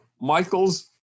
Michael's